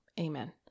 Amen